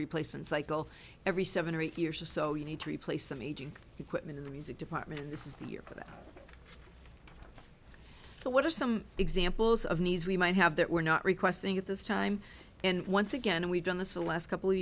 replacement cycle every seven or eight years or so you need to replace them aging equipment in the music department and this is the year that so what are some examples of needs we might have that we're not requesting at this time and once again we've done this the last couple